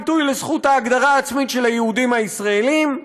ביטוי לזכות ההגדרה העצמאית של היהודים הישראלים,